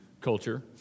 culture